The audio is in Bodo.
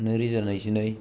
नै रोजा नैजिनै